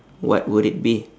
what would it be